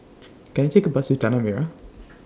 Can I Take A Bus to Tanah Merah